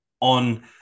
on